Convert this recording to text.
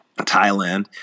Thailand